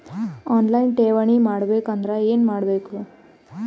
On line ಠೇವಣಿ ಮಾಡಬೇಕು ಅಂದರ ಏನ ಮಾಡಬೇಕು?